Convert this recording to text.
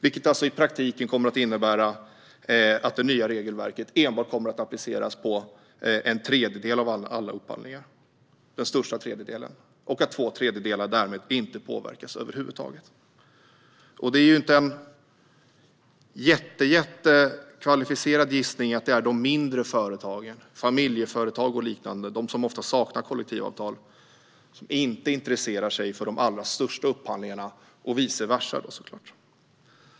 I praktiken innebär det att det nya regelverket enbart kommer att appliceras på en tredjedel av alla upphandlingar, de största upphandlingarna, och att två tredjedelar därmed inte påverkas över huvud taget. Det är ju inte en jättekvalificerad gissning att det är de mindre företagen, familjeföretag och liknande, som ofta saknar kollektivavtal som inte intresserar sig för de allra största upphandlingarna och vice versa.